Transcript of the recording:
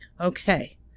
Okay